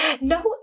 No